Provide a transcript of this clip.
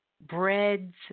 breads